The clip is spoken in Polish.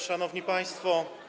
Szanowni Państwo!